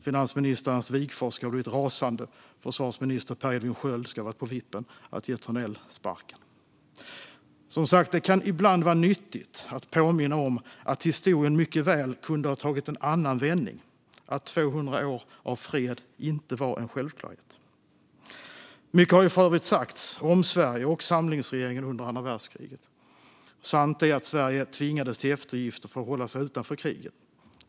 Finansminister Ernst Wigforss ska ha blivit rasande, och försvarsminister Per Edvin Sköld ska ha varit på vippen att ge Thörnell sparken. Som sagt: Det kan ibland vara nyttigt att påminna om att historien mycket väl kunde ha tagit en annan vändning - att 200 år av fred inte var en självklarhet. Mycket har för övrigt sagts om Sverige och samlingsregeringen under andra världskriget. Sant är att Sverige tvingades till eftergifter för att hålla sig utanför kriget.